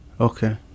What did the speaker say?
Okay